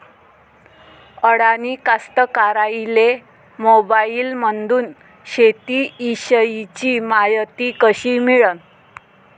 अडानी कास्तकाराइले मोबाईलमंदून शेती इषयीची मायती कशी मिळन?